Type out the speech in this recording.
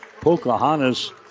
Pocahontas